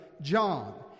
John